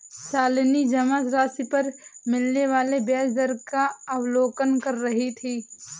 शालिनी जमा राशि पर मिलने वाले ब्याज दर का अवलोकन कर रही थी